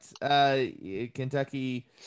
Kentucky